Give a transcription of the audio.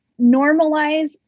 normalize